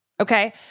Okay